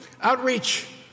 outreach